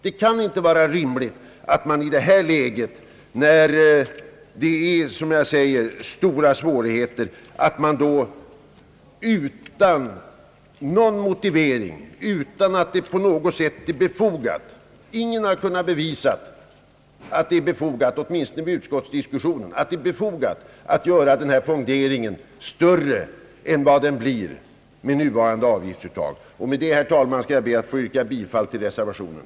Det kan inte vara rimligt att i detta läge — med som jag säger stora svårigheter — utan någon motivering, utan att det på något sätt är befogat, göra fonderingen större än vad den blir med nuvarande' avgiftsuttag. Ingen har kunnat bevisa att en sådan åtgärd är befogad. Med detta, herr talman, skall jag be att få yrka bifall till reservationen.